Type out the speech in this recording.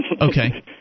Okay